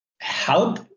help